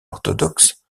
orthodoxe